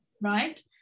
Right